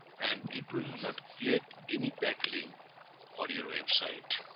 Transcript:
and it will not create any backlink for your website